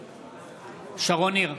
בעד שרון ניר,